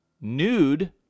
nude